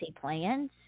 plans